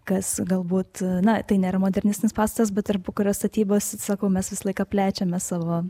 kas galbūt na tai nėra modernistinis pastatas bet tarpukario statybos sakau mes visą laiką plečiame savo